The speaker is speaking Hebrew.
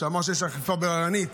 שאמר שיש אכיפה בררנית